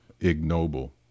ignoble